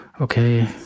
okay